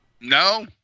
No